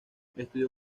estudió